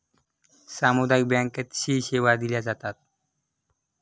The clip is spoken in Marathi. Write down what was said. सामुदायिक बँकेतही सी सेवा दिल्या जातात